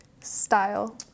style